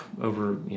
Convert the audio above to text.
over